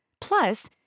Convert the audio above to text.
Plus